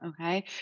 okay